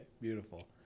beautiful